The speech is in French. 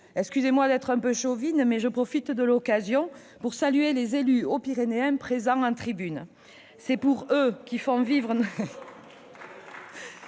Excusez-moi d'être un peu chauvine, mais je profite de cette occasion pour saluer les élus haut-pyrénéens présents en tribune ... C'est pour eux, qui font vivre